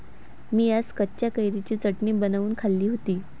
मी आज कच्च्या कैरीची चटणी बनवून खाल्ली होती